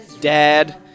dad